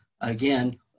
again